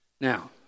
Now